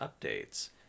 updates